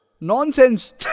Nonsense